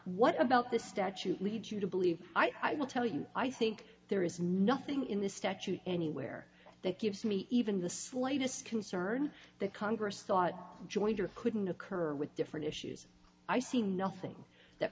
what about this statute lead you to believe i will tell you i think there is nothing in the statute anywhere that gives me even the slightest concern that congress thought jointer couldn't occur with different issues i see nothing that